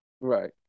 Right